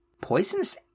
Poisonous